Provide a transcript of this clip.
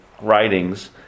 writings